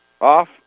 off